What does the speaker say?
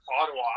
Ottawa